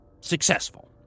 successful